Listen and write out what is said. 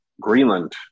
Greenland